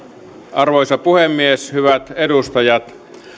arvoisa puhemies hyvät edustajat